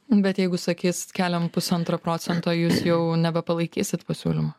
bet jeigu sakys keliam pusantro procento jūs jau nebepalaikysit pasiūlymo